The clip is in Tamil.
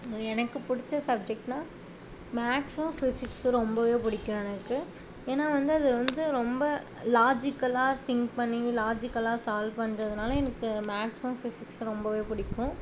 எனக்கு பிடிச்ச சப்ஜெக்ட்னா மேத்ஸும் ஃபிசிக்ஸும் ரொம்பவே பிடிக்கும் எனக்கு ஏன்னால் வந்து அது வந்து ரொம்ப லாஜிக்கல்லாக திங்க் பண்ணி லாஜிக்கல்லாக சால்வ் பண்ணுறதுனால எனக்கு மேத்ஸும் ஃபிசிக்ஸும் ரொம்பவே பிடிக்கும்